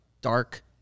dark